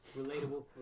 Relatable